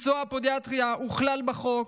מקצוע הפודיאטריה הוכלל בחוק,